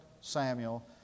Samuel